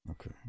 Okay